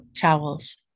towels